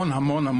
במבנה שלה,